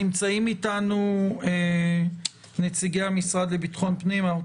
נמצאים אתנו נציגי המשרד לביטחון פנים אנחנו